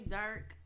dark